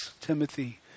Timothy